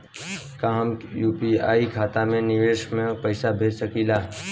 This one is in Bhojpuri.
का हम यू.पी.आई खाता से विदेश म पईसा भेज सकिला?